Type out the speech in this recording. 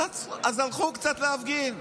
אז הלכו קצת להפגין,